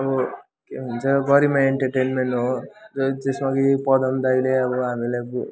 अब के हुन्छ गरिमा एन्टर्टेन्मेन्ट हो र जसमा कि यो पदम दाइले अब हामीलाई दे